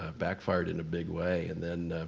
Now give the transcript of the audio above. ah backfired in a big way. and then